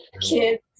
kids